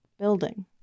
building